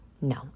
no